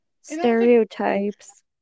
stereotypes